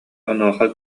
онуоха